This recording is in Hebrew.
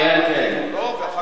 כן או לא,